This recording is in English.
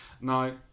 Now